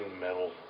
Metal